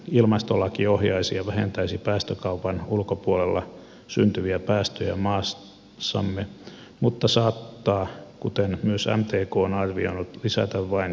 ilmastolaki ohjaisi ja vähentäisi päästökaupan ulkopuolella syntyviä päästöjä maassamme mutta saattaa kuten myös mtkn arvio on ollut lisätä vain byrokratiaa